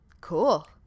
cool